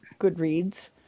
Goodreads